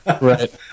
Right